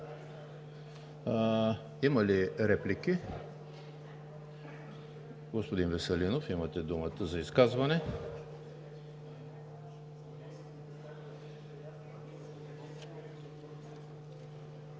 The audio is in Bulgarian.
Има ли реплики? Господин Веселинов, имате думата за изказване.